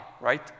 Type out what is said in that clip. right